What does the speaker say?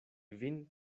vin